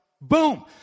Boom